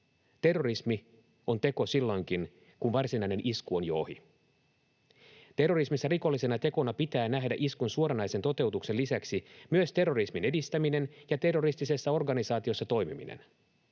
Terrorismi on teko silloinkin, kun varsinainen isku on jo ohi. Terrorismissa rikollisena tekona pitää nähdä iskun suoranaisen toteutuksen lisäksi myös terrorismin edistäminen ja terroristisessa organisaatiossa toimiminen.